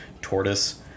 tortoise